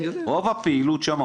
רוב הפעילות שם,